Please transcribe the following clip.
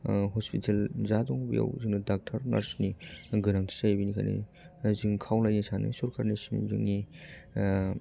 hospital जा दं बेयाव जोंनो डाक्टार नार्स नि गोनांथि जायो बिनिखायनो जों खावलायनो सानो सरखारनिसिम जोंनि